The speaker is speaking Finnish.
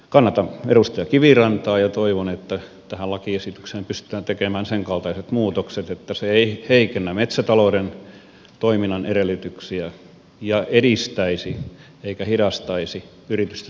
kannatan edustaja kivirantaa ja toivon että tähän lakiesitykseen pystytään tekemään senkaltaiset muutokset että se ei heikennä metsätalouden toiminnan edellytyksiä ja edistäisi eikä hidastaisi yritysten sukupolvenvaihdoksia